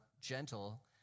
gentle